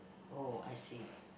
oh I see